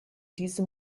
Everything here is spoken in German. diesem